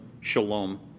shalom